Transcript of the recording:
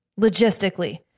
logistically